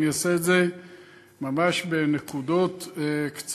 ואני אעשה את זה ממש בנקודות קצרות,